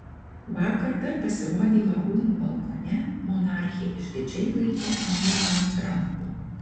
vakar per pasirodymą rūmų balkone monarchė išdidžiai laikė anūką ant rankų